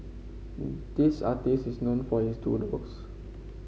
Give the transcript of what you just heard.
this artist is known for his doodles